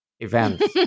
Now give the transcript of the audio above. events